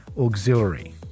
Auxiliary